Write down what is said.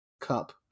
cup